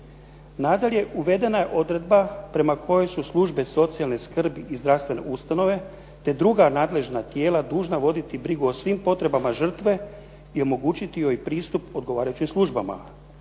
Nadalje, uvedena je odredba prema kojoj su službe socijalne skrbi i zdravstvene ustanove te druga nadležna tijela dužna voditi brigu o svim potrebama žrtve i omogućiti joj pristup odgovarajućim službama.